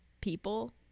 people